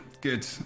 good